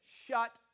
shut